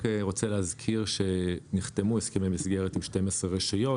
אני רק רוצה להזכיר שנחתמו הסכמי מסגרת עם 12 רשויות.